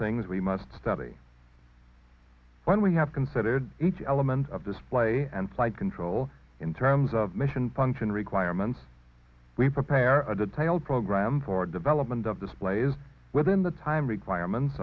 things we must study when we have considered each element of display and flight control in terms of mission function requirements we prepare a detailed program for development of this play is within the time requirements